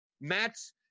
Matt's –